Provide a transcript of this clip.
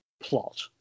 plot